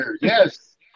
Yes